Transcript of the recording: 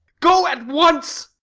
go at once!